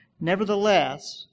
Nevertheless